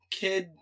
kid